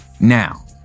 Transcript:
now